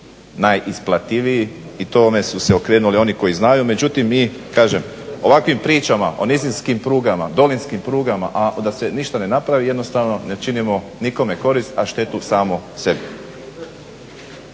najisplativiji i tome su se okrenuli oni koji znaju. Međutim, mi kažem ovakvim pričama o nizinskim prugama, dolinskim prugama a da se ništa ne napravi jednostavno ne činimo nikome korist a štetu samo sebi.